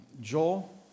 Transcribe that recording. Joel